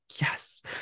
yes